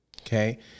Okay